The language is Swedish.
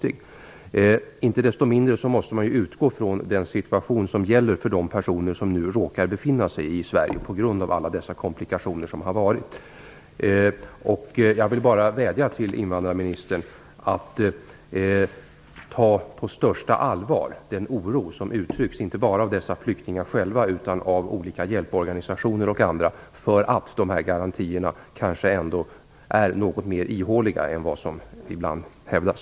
Inte desto mindre måste man utgå från den situation som gäller för de personer som nu råkar befinna sig i Sverige på grund av alla komplikationer som har funnits. Jag vädjar till invandrarministern att ta den oro på största allvar som uttrycks inte bara av dessa flyktingar själva utan också av t.ex. olika hjälporganisationer för att de här garantierna kanske ändå är något ihåligare än som ibland hävdas.